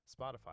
spotify